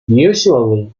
usually